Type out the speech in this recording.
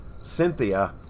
Cynthia